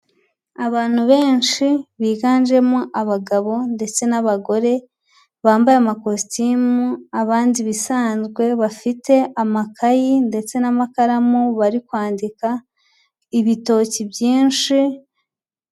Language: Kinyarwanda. Abantu benshi biganjemo abagabo ndetse n'abagore, bambaye amakositimu abandi ibisanzwe bafite amakayi ndetse n'amakaramu bari kwandika, ibitoki byinshi.